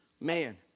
man